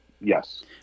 Yes